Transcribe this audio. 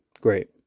great